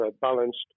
balanced